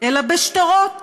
אלא בשטרות